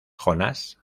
jonas